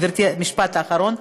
גברתי, משפט אחרון.